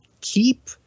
keep